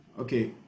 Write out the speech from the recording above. Okay